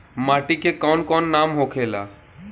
माटी के कौन कौन नाम होखे ला?